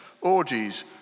orgies